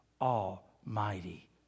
Almighty